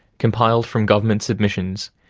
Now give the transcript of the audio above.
compiled from government submissions,